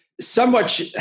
somewhat